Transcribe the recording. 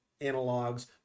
analogs